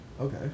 okay